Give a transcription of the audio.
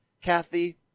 Kathy